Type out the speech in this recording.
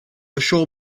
ashore